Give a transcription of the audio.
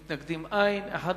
אין מתנגדים ונמנע אחד.